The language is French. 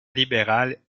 libéral